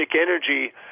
energy